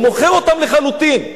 הוא מוכר אותם לחלוטין,